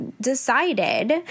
decided